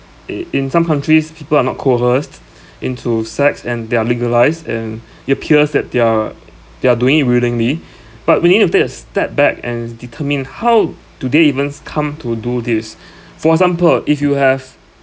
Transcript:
i~ in some countries people are not coerced into sex and they are legalised and it appears that they are they are doing it willingly but we need to take a step back and determine how do they even come to do this for example if you have